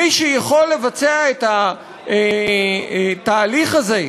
מי שיכול לבצע את התהליך הזה,